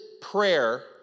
prayer